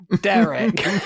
Derek